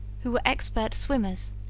who were expert swimmers,